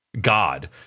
god